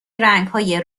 رنگهای